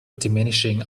diminishing